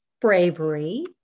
bravery